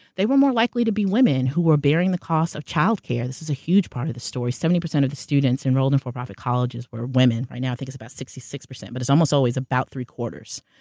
they were more likely to be women, who were bearing the cost of child care. this is a huge part of the story. seventy percent of the students enrolled in for-profit colleges were women. right now, i think it's about sixty six percent, but it's almost always about three-quarters.